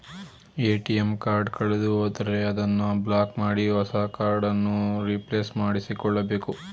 ATM card ಕಳೆದುಹೋದರೆ ಅದನ್ನು block ಮಾಡಿ ಹೊಸ ಕಾರ್ಡ್ ಅನ್ನು ರಿಪ್ಲೇಸ್ ಮಾಡಿಸಿಕೊಳ್ಳಬೇಕು